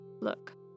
Look